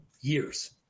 years